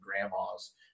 grandmas